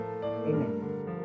Amen